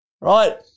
right